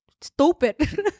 Stupid